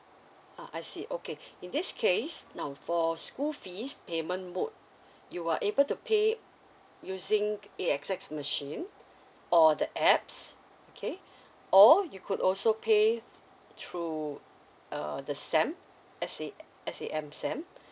ah I see okay in this case now for school fees payment mode you are able to pay using A_X_S machine or the apps okay or you could also pay through uh the sam S_A S_A_M sam